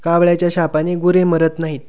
कावळ्याच्या शापानी गुरे मरत नाहीत